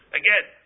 again